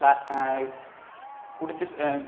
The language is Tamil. ப்ளா குடித்து